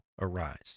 arise